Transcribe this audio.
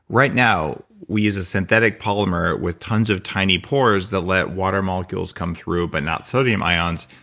right now, we use a synthetic polymer with tons of tiny pores that let water molecules come through but not sodium ions.